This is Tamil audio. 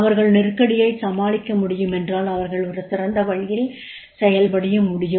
அவர்கள் நெருக்கடியைச் சமாளிக்க முடியும் என்றால் அவர்கள் ஒரு சிறந்த வழியில் செயல்பட முடியும்